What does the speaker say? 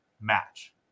match